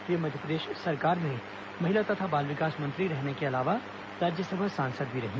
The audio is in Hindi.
वे मध्यप्रदेश सरकार में महिला तथा बाल विकास मंत्री रहने के अलावा राज्यसभा सांसद भी रहीं